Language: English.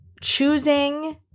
choosing